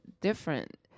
different